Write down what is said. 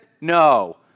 No